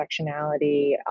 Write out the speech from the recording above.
intersectionality